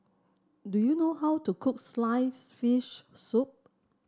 do you know how to cook slice fish soup